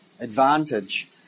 advantage